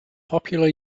popular